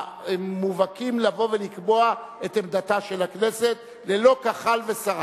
והמובהקים לבוא ולקבוע את עמדתה של הכנסת ללא כחל ושרק.